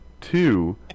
Two